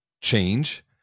change